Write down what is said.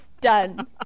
Done